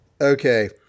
Okay